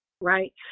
right